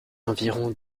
environs